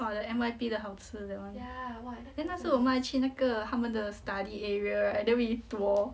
!wah! the N_Y_P 的好吃 that one then 那时我们还去那个他们的 study area and then we 躲